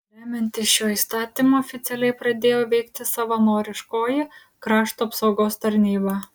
remiantis šiuo įstatymu oficialiai pradėjo veikti savanoriškoji krašto apsaugos tarnyba